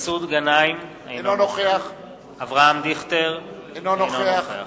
מסעוד גנאים, אינו נוכח אברהם דיכטר, אינו נוכח